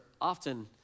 often